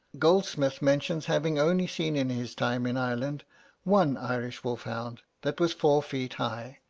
goldsmith mentions having only seen in his time in ireland one irish wolf-hound that was four feet high.